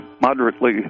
moderately